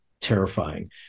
terrifying